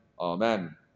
Amen